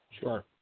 Sure